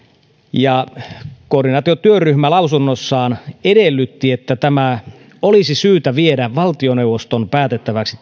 ja koordinaatiotyöryhmä lausunnossaan edellytti että tämä sijoittamispäätös olisi syytä viedä valtioneuvoston päätettäväksi